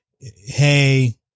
Hey